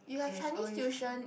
it has always